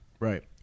Right